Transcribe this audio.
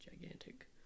gigantic